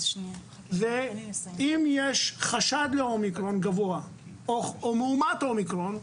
אם יש חשד גבוה לאומיקרון או מאומת אומיקרון,